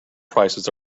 prices